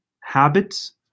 habits